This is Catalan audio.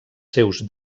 seus